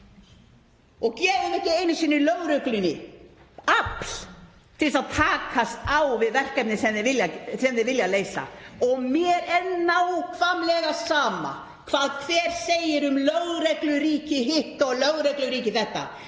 og gefum ekki einu sinni lögreglunni afl til að takast á við verkefnin sem hún vill leysa. Og mér er nákvæmlega sama hvað hver segir um lögregluríki hitt og lögregluríki þetta.